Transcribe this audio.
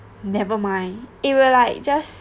never mind it will like just